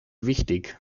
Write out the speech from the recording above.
wichtig